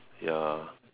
ya